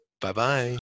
bye-bye